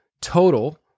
total